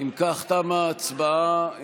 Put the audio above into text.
אם כך, תמה ההצבעה.